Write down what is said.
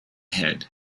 head